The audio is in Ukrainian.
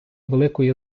великої